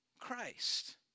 Christ